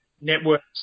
networks